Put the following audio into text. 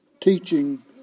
teaching